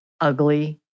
ugly